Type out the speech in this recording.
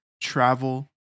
travel